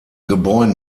gebäuden